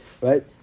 right